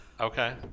Okay